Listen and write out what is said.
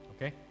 Okay